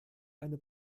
eine